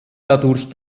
dadurch